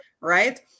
right